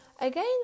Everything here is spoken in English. Again